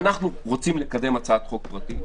ואנחנו רוצים לקדם הצעת חוק פרטית,